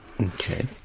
Okay